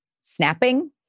snapping